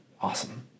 awesome